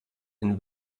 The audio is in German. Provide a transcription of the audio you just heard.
ein